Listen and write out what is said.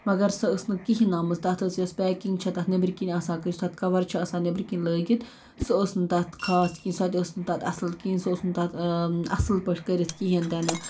مگر سۄ ٲس نہٕ کِہیٖنۍ آمٕژ تتھ ٲس یۄس پیکنٛگ چھےٚ تَتھ ن۪بٕرۍ کِنۍ آسان یُس تَتھ کوَر چھِ آسان نٮ۪بٕرۍ کنۍ لٲگِتھ سۄ ٲس نہٕ تَتھ خاص کِہیٖنۍ سۄ تہِ ٲس نہٕ تَتھ اصٕل کِہیٖنۍ سُہ اوس نہٕ تَتھ اصٕل پٲٹھۍ کٔرِتھ کِہیٖنۍ تہِ نہٕ